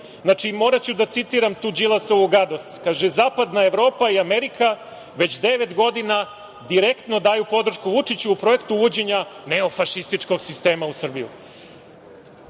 Znači, moraću da citiram tu Đilasovu gadost, kaže – zapadna Evropa i Amerika već devet godina direktno daju podršku Vučiću u projektu uvođenja neofašističkog sistema u Srbiju. Znači,